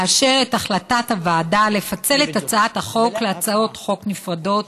לאשר את החלטת הוועדה לפצל את הצעת החוק להצעות חוק נפרדות,